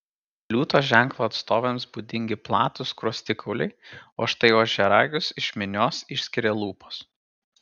liūto ženklo atstovėms būdingi platūs skruostikauliai o štai ožiaragius iš minios išskiria lūpos